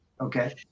okay